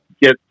get